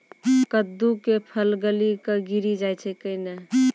कददु के फल गली कऽ गिरी जाय छै कैने?